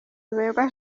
ruberwa